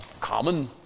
common